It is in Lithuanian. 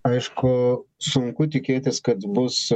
aišku sunku tikėtis kad bus